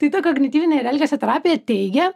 tai ta kognityvinė ir elgesio terapija teigia